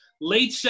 Late